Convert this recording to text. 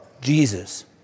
Jesus